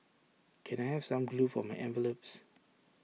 can I have some glue for my envelopes